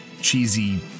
cheesy